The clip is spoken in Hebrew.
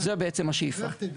זאת בעצם השאיפה.